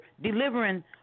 delivering